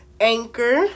Anchor